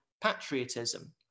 patriotism